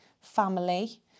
family